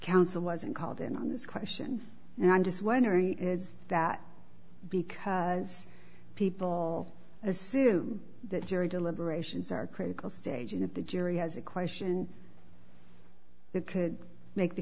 counsel wasn't called in on this question and i'm just wondering is that because people assume that jury deliberations are critical stage and if the jury has a question that could make the